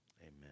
amen